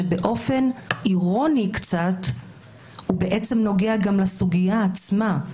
שבאופן אירוני קצת הוא בעצם נוגע גם לסוגיה עצמה,